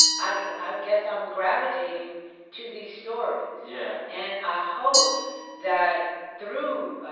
i i guess, i'm gravitating to these stories yeah and i hope that through